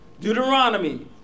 Deuteronomy